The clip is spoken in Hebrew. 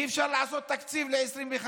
אי-אפשר לעשות תקציב ל-2021,